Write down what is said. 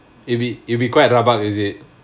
it'll be it'll be quite rabak is it